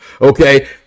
okay